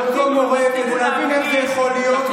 לאותו מורה כדי להבין איך זה יכול להיות,